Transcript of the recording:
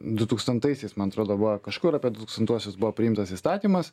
du tūkstantaisiais man atrodo buvo kažkur apie du tūkstantuosius buvo priimtas įstatymas